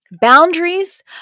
Boundaries